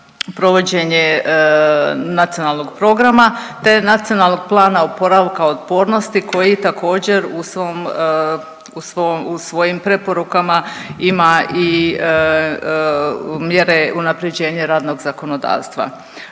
provođenje nacionalnog programa te Nacionalnog plana oporavka i otpornosti koji također, u svojim preporukama ima i mjere unaprjeđenje radnog zakonodavstva.